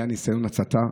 היה ניסיון הצתה.